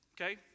Okay